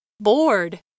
Bored